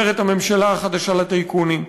אומרת הממשלה החדשה לטייקונים.